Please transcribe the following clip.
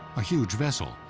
a huge vessel,